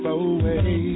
away